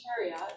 Chariot